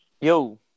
Yo